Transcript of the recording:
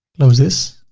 close this,